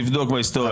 תבדוק בהיסטוריה.